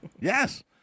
Yes